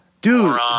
Dude